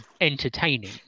entertaining